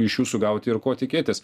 iš jūsų gauti ir ko tikėtis